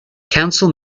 council